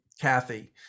Kathy